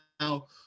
now